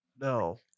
no